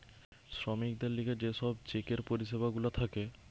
শ্রমিকদের লিগে যে সব চেকের পরিষেবা গুলা থাকে